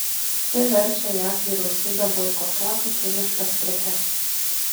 tai verčia jav vyriausybę boikotuoti kiniškas prekes